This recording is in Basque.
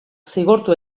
zigortu